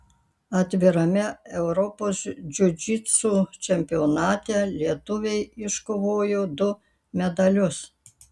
atvirame europos džiudžitsu čempionate lietuviai iškovojo du medalius